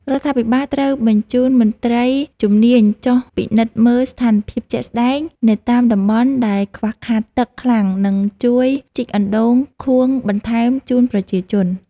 រដ្ឋាភិបាលត្រូវបញ្ជូនមន្ត្រីជំនាញចុះពិនិត្យមើលស្ថានភាពជាក់ស្តែងនៅតាមតំបន់ដែលខ្វះខាតទឹកខ្លាំង និងជួយជីកអណ្តូងខួងបន្ថែមជូនប្រជាជន។